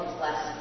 bless